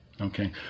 Okay